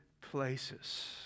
places